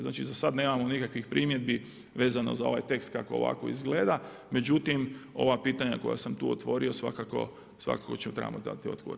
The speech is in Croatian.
Znači za sad nemamo nikakvih primjedbi vezano za ovaj tekst kako ovako izgleda, međutim ova pitanja koja sam tu otvorio svakako trebamo dati odgovore.